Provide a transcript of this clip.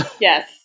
Yes